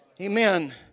Amen